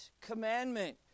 commandment